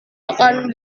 akan